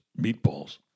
meatballs